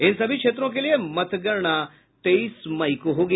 इन सभी क्षेत्रों के लिए मतगणना तेईस मई को होगी